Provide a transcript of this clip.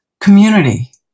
community